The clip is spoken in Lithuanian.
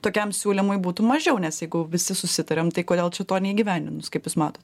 tokiam siūlymui būtų mažiau nes jeigu visi susitariam tai kodėl čia to neįgyvendinus kaip jūs matot